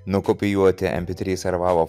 nukopijuoti em pė trys ar va va